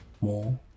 more